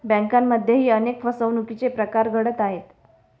बँकांमध्येही अनेक फसवणुकीचे प्रकार घडत आहेत